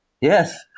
Yes